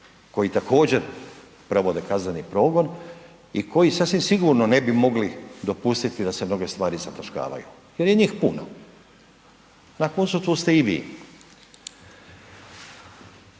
koji također provode kazneni progon i koji sasvim sigurno ne bi mogli dopustiti da se mnoge stvari zataškavaju jer je njih puno, na koncu tu ste i vi.